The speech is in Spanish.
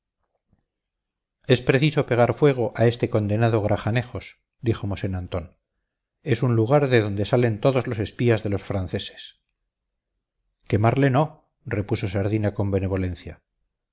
es preciso pegar fuego a este condenado grajanejos dijo mosén antón es un lugar de donde salen todos los espías de los franceses quemarle no repuso sardina con benevolencia